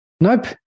Nope